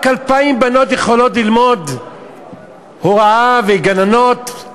רק 2,000 בנות יכולות ללמוד הוראה וגננות?